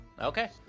Okay